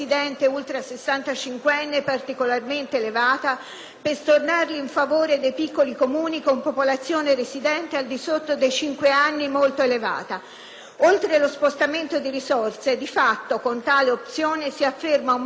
per stornarli in favore dei piccoli Comuni con popolazione residente al di sotto dei cinque anni molto elevata. Oltre allo spostamento di risorse, di fatto con tale opzione si afferma un metodo di scelta inaccettabile sul piano della civiltà,